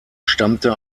stammte